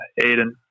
Aiden